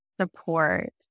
support